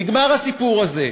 נגמר הסיפור הזה.